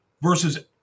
versus